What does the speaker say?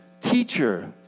Teacher